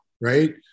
right